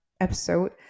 episode